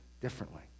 differently